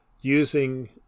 using